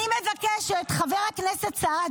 אורית, את חתמת על